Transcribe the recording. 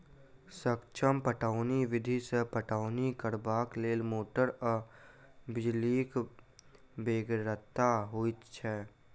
सूक्ष्म पटौनी विधि सॅ पटौनी करबाक लेल मोटर आ बिजलीक बेगरता होइत छै